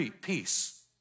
peace